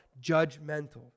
judgmental